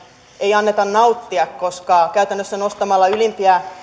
ei anneta nauttia koska käytännössä nostamalla ylimpiä